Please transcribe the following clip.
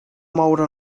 moure